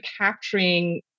capturing